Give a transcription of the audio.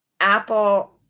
Apple